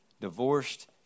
divorced